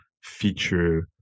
feature